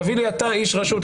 תביא לי אתה איש רשות.